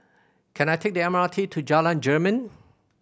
can I take the M R T to Jalan Jermin